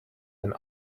and